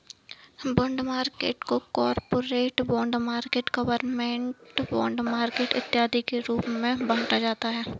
bond market को corporate bond market government bond market इत्यादि के रूप में बांटा जाता है